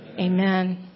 amen